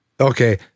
Okay